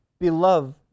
Beloved